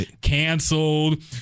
canceled